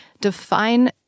define